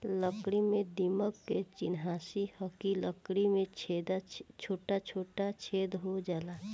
लकड़ी में दीमक के चिन्हासी ह कि लकड़ी में छोटा छोटा छेद हो जाला